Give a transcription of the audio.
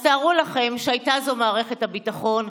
אז תארו לכם שהייתה זו מערכת הביטחון,